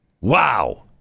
Wow